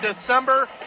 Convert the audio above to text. December